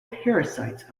parasites